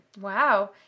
Wow